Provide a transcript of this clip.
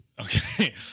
Okay